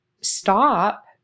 stop